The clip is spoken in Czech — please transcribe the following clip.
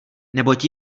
neboť